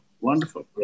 wonderful